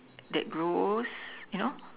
that's grows you know